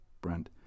Brent